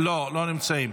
לא, לא נמצאים.